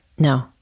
No